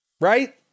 Right